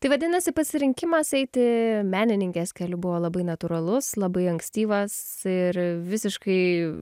tai vadinasi pasirinkimas eiti menininkės keliu buvo labai natūralus labai ankstyvas ir visiškai